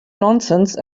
nonsense